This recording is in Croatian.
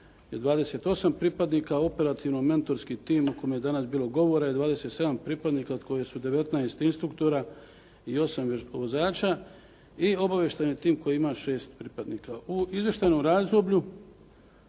28 pripadnika, operativno-mentorski tim o kome je danas bilo govora je 27 pripadnika od kojih su 19 instruktora i 8 vozača i obavještajni tim koji ima 6 pripadnika. U izvještajnom razdoblju